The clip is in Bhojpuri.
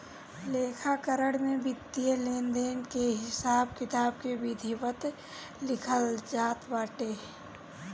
लेखाकरण में वित्तीय लेनदेन के हिसाब किताब के विधिवत लिखल जात बाटे